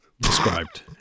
described